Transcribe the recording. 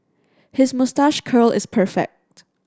his moustache curl is perfect